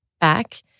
back